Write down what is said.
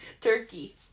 Turkey